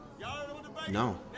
No